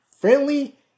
friendly